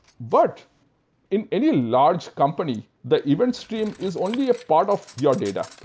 but in any large company, the event stream is only a part of your data.